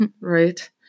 Right